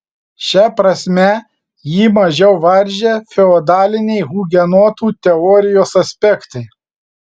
šia prasme jį mažiau varžė feodaliniai hugenotų teorijos aspektai